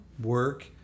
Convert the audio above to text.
work